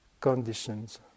conditions